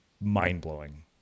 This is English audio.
mind-blowing